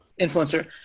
influencer